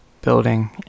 Building